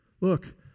Look